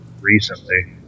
Recently